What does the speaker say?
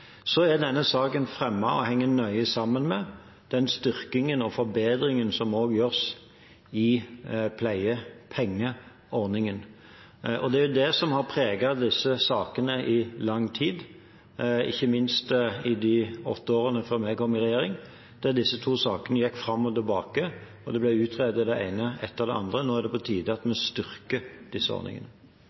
Denne saken er fremmet og henger nøye sammen med den styrkingen og forbedringen som også gjøres av pleiepengeordningen. Det er det som har preget disse sakene i lang tid, ikke minst i de åtte årene før vi kom i regjering, der disse to sakene gikk fram og tilbake, og det ene etter det andre ble utredet. Nå er det på tide at vi styrker disse ordningene.